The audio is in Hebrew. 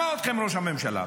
שמע אתכם ראש הממשלה,